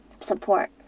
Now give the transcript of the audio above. support